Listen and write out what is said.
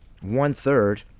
One-third